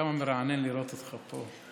כמה מרענן לראות אותך פה,